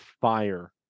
fire